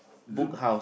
is it